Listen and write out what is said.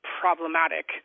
problematic